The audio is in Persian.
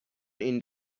این